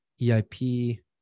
EIP